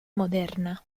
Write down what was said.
moderna